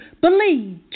believe